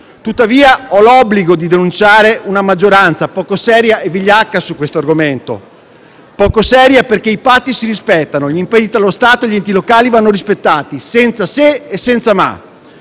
tuttavia ho l'obbligo di denunciare una maggioranza poco seria e vigliacca su questo argomento. Poco seria perché i patti si rispettano, gli impegni tra lo Stato e gli enti locali vanno rispettati, senza se e senza ma.